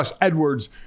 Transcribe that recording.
Edwards